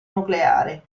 nucleare